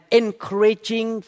encouraging